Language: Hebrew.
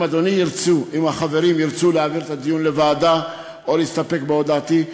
אם החברים ירצו להעביר את הדיון לוועדה או להסתפק בהודעתי,